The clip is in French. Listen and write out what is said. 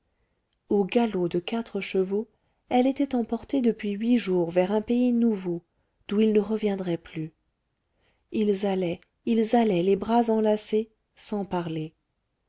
au galop de quatre chevaux elle était emportée depuis huit jours vers un pays nouveau d'où ils ne reviendraient plus ils allaient ils allaient les bras enlacés sans parler